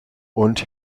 und